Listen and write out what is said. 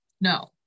No